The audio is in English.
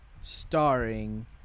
Starring